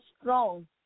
strong